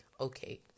okay